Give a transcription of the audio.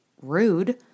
rude